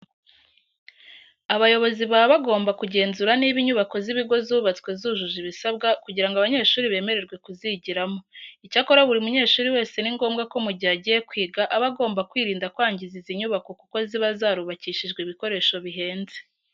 Abayobozi baba bagomba kugenzura niba inyubako z'ibigo zubatswe zujuje ibisabwa kugira ngo abanyeshuri bemererwe kuzigiramo. Icyakora buri munyeshuri wese ni ngombwa ko mu gihe agiye kwiga aba agomba kwirinda kwangiza izi nyubako kuko ziba zarubakishijwe ibikoresho bihenze.